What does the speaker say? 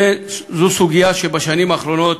זו סוגיה שבשנים האחרונות